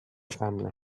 family